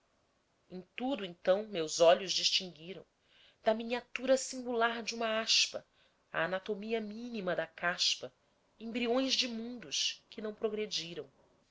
em tudo então meus olhos distinguiram da miniatura singular de uma aspa à anatomia mínima da caspa embriões de mundos que não progrediram